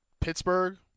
Pittsburgh